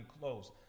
close